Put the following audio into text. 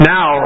Now